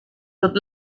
tot